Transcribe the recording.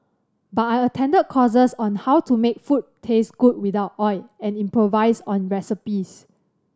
but I attended courses on how to make food taste good without oil and improvise on recipes